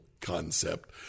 concept